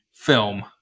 Film